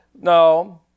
no